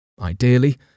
Ideally